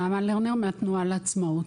נעמה לרנר מהתנועה לעצמאות.